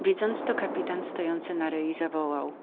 widząc to kapitan stojący na kładce zawołał